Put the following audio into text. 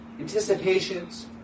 anticipations